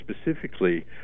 specifically